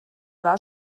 war